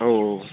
औ